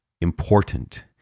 important